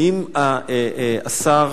האם השר,